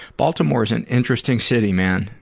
baltimore is an interesting city, man.